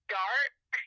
dark